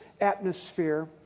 atmosphere